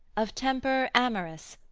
of temper amorous,